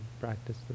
practice